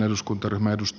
arvoisa puhemies